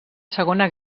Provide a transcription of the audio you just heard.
segona